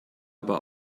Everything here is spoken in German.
aber